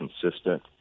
consistent